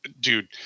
dude